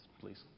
please